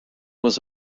was